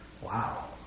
wow